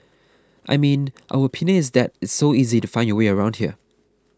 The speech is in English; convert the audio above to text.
I mean our opinion is that it's so easy to find your way around here